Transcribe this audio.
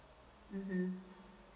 mmhmm